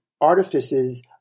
artifices